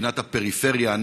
מדינת הפריפריה,